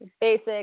basic